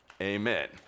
Amen